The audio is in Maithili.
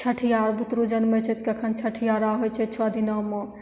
छठिआर बुतरु जनमै छै तऽ कखन छठिआरा होइ छै छओ दिनामे